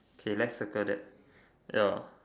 okay let's circle that ya